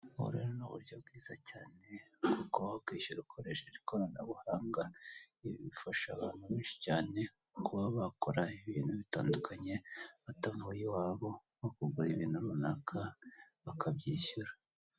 Ubu rero ni uburyo bwiza cyane nko kuba wakwishyura ukoresheje ikoranabuhanga bifasha abantu benshi cyane kuba bakora ibintu bitandukanye batavuye iwabo bakagura ibintu runaka bakabyishyura.